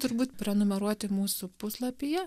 turbūt prenumeruoti mūsų puslapyje